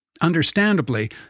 Understandably